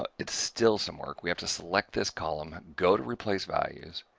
ah it's still some work. we have to select this column and go to replace values,